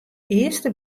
earste